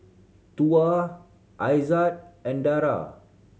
Tuah Aizat and Dara